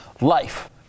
life